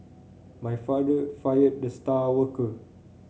my father fired the star worker